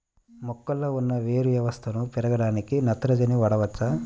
మొక్కలో ఉన్న వేరు వ్యవస్థ పెరగడానికి నత్రజని వాడవచ్చా?